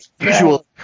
usual